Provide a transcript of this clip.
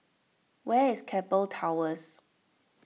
where is Keppel Towers